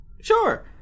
Sure